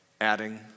adding